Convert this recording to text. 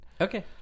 Okay